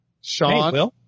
Sean